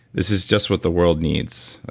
this is just what the world needs.